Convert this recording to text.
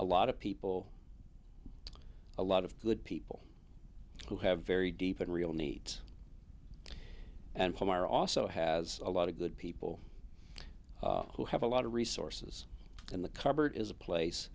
a lot of people a lot of good people who have very deep and real needs and some are also has a lot of good people who have a lot of resources and the cupboard is a place